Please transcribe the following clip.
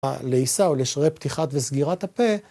הלעיסה או לשרירי פתיחת וסגירת הפה.